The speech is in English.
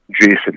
Jason